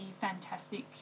fantastic